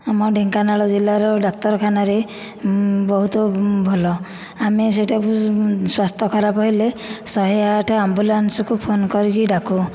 ଆମ ଢେଙ୍କାନାଳ ଜିଲ୍ଲାର ଡାକ୍ତରଖାନାରେ ବହୁତ ଭଲ ଆମେ ସେଇଠିକୁ ସ୍ୱାସ୍ଥ୍ୟ ଖରାପ ହେଲେ ଶହେ ଆଠ ଆମ୍ବୁଲାନ୍ସକୁ ଫୋନ କରିକି ଡାକୁ